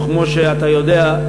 כמו שאתה יודע,